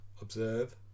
observe